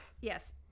yes